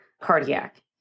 cardiac